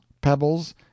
pebbles